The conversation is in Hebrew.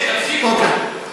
תפסיקו להצית אש.